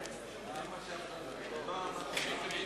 חוק הגנת השכר (עיצום כספי),